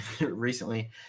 recently